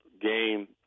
game